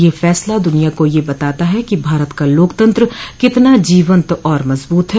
यह फैसला दुनिया को यह बताता है कि भारत का लोकतंत्र कितना जीवन्त और मजबूत है